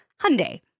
Hyundai